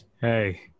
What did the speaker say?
Hey